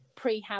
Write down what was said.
prehab